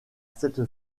cette